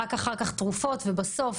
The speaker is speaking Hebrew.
רק אחר כך תרופות ובסוף,